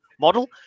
model